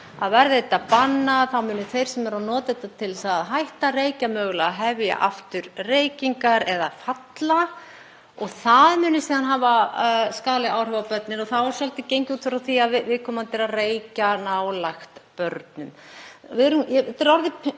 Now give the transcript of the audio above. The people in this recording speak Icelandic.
að verði þetta bannað þá muni þeir sem eru að nota vöruna til að hætta að reykja mögulega að hefja aftur reykingar eða falla og það muni síðan hafa skaðleg áhrif á börnin og þá er svolítið gengið út frá því að viðkomandi sé að reykja nálægt börnum.